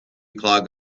clog